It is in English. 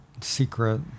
Secret